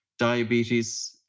diabetes